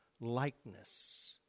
likeness